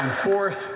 Fourth